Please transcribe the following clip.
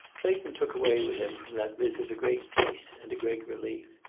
clayton took away with him from that visit a great peace and a great relief.